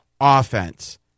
offense